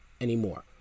anymore